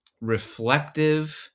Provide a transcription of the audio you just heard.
reflective